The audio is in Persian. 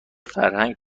فرهنگ